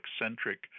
eccentric